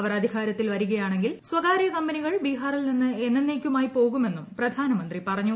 അവർ അധികാരത്തിൽ വരികയാണെങ്കിൽ സ്വകാര്യ കമ്പനികൾ ബിഹാറിൽ നിന്ന് എന്നന്നേക്കുമായി പോകുമെന്നും പ്രധാനമന്ത്രി പറഞ്ഞു